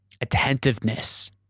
attentiveness